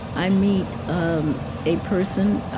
i meet um a person.